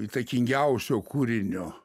įtakingiausio kūrinio